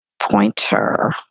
pointer